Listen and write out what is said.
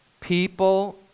People